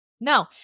No